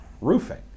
roofing